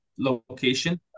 location